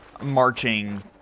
marching